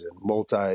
multi